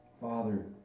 Father